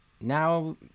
Now